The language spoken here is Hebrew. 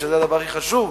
שזה הדבר הכי חשוב,